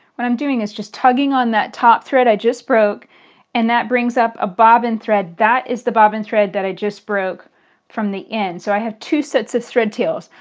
what i'm doing is just tugging on that top thread i just broke and that brings up a bobbin thread. that is the bobbin thread that i just broke from the end. so i have two sets of thread tails.